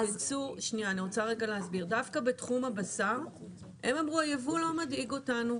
דווקא בתחום הבשר הם אמרו: הייבוא לא מדאיג אותנו,